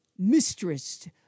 Mistress